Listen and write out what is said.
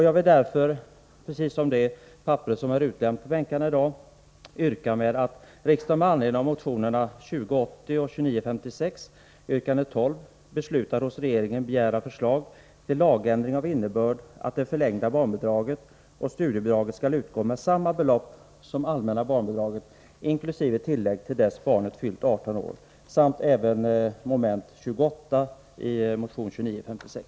Jag vill, herr talman, yrka bifall till det i kammaren utdelade yrkandet, som lyder: — Jag yrkar också bifall till yrkande 28 i motion 2956.